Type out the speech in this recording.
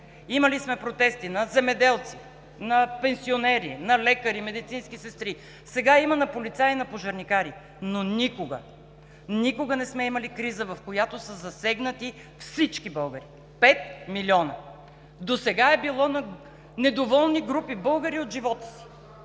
Имали сме протести – на земеделци, на пенсионери, на лекари, медицински сестри, сега има на полицаи и на пожарникари. Но никога, никога не сме имали криза, в която са засегнати всички българи. Пет милиона! Досега е било на недоволни групи българи от живота си.